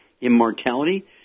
Immortality